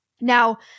Now